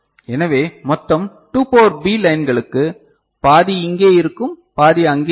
எனவே மொத்தம் 2 power B லைன்களுக்கு பாதி இங்கே இருக்கும் பாதி அங்கே இருக்கும்